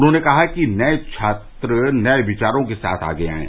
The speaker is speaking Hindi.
उन्होंने कहा कि छात्र नए विचारो के साथ आगे आएं